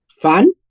fun